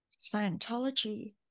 Scientology